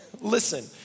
listen